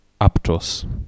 Aptos